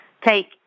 take